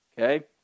okay